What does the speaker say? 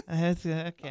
Okay